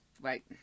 Right